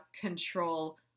control